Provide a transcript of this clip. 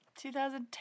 2010